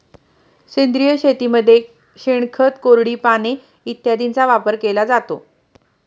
सेंद्रिय शेतीमध्ये शेणखत, कोरडी पाने इत्यादींचा वापर केला जातो